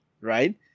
right